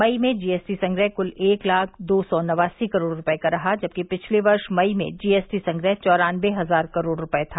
मई में जीएसटी संग्रह कुल एक लाख दो सी नवासी करोड़ रुपये का रहा जबकि पिछले वर्ष मई में जीएसटी संग्रह चौरानर्ब हजार करोड़ रुपये था